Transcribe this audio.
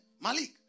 Malik